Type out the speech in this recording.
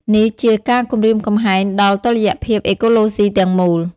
នេះជាការគំរាមកំហែងដល់តុល្យភាពអេកូឡូស៊ីទាំងមូល។